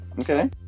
Okay